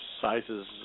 sizes